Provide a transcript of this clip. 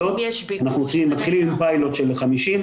אנחנו מתחילים עם פיילוט של 50,